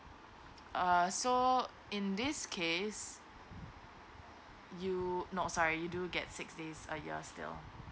uh so in this case you not sorry do get six days a year as still